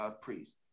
priest